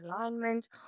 alignment